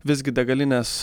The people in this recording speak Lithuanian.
visgi degalinės